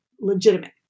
legitimate